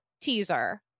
teaser